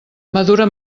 madura